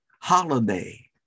holiday